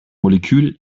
molekül